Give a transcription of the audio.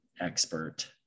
expert